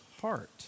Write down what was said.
heart